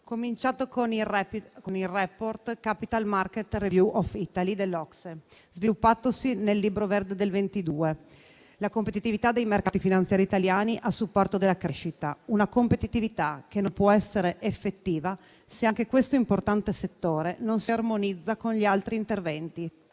cominciato con il *report* "Capital Market Review of Italy" dell'OCSE, sviluppatosi nel Libro verde del 2022. La competitività dei mercati finanziari italiani a supporto della crescita non può essere effettiva se anche questo importante settore non si armonizza con gli altri interventi,